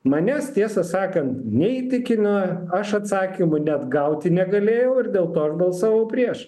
manęs tiesą sakant neįtikino aš atsakymų net gauti negalėjau ir dėl to aš balsavau prieš